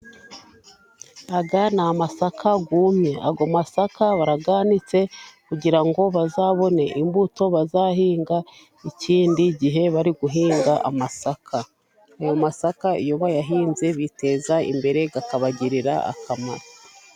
Aya ni amasaka yumye, aya masaka barayanitse kugira ngo bazabone imbuto bazahinga ikindi gihe bari guhinga. Amasaka, mu masaka iyo bayahinze biteza imbere, akabagirira akamaro.